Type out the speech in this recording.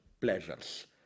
pleasures